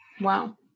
Wow